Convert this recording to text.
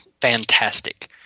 fantastic